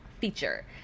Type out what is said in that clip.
feature